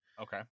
okay